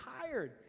tired